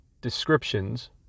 descriptions